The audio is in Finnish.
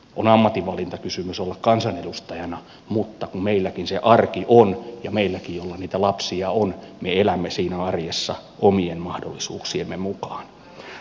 on ammatinvalintakysymys olla kansanedustajana mutta kun meilläkin se arki on ja mekin joilla niitä lapsia on elämme siinä arjessa omien mahdollisuuksiemme mukaan